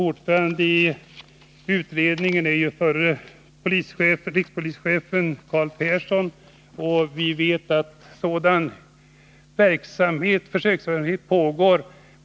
Ordförande i utredningen är förre rikspolischefen Carl Persson. Vi vet alltså att sådan här försöksverksamhet pågår.